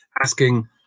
asking